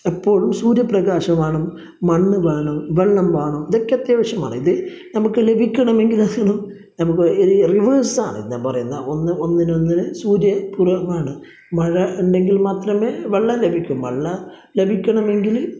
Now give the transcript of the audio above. എപ്പോഴും സൂര്യപ്രകാശം വേണം മണ്ണ് വേണം വെള്ളം വേണം ഇതൊക്കെ അത്യാവശ്യമാണ് ഇത് നമുക്ക് ലഭിക്കണമെങ്കില് നമുക്ക് റിവേഴ്സ് ആണ് ഞാന് പറയുന്നത് ഒന്നിനൊന്ന് സൂര്യ മഴ ഉണ്ടെങ്കില് മാത്രമേ വെള്ളം ലഭിക്കൂ വെള്ളം ലഭിക്കണമെങ്കിൽ